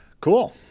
Cool